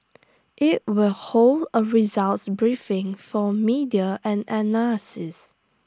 IT will hold A results briefing for media and analysts